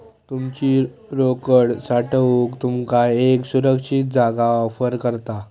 तुमची रोकड साठवूक तुमका एक सुरक्षित जागा ऑफर करता